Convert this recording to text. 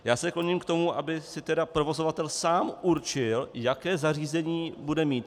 Já se kloním k tomu, aby si provozovatel sám určil, jaké zařízení bude mít.